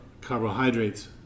carbohydrates